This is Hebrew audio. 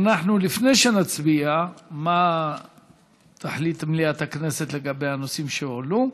לפני שנצביע מה תחליט מליאת הכנסת לגבי הנושאים שהועלו,